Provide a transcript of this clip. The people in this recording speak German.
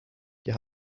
wir